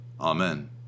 amen